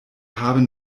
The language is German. haben